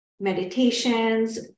meditations